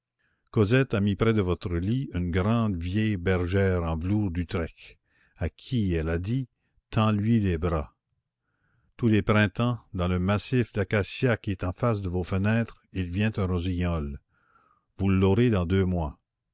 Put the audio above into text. cosette a mis près de votre lit une grande vieille bergère en velours d'utrecht à qui elle a dit tends lui les bras tous les printemps dans le massif d'acacias qui est en face de vos fenêtres il vient un rossignol vous l'aurez dans deux mois